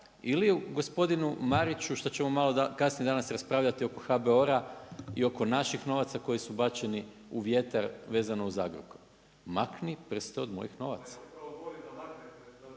ili gospodinu Mariću, što ćemo malo kasnije danas raspravljati oko HBORA i oko naših novaca koji su bačeni u vjetar vezano uz Agrokor. Makni prste od mojih novaca